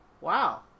Wow